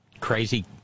Crazy